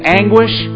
anguish